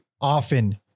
often